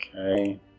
Okay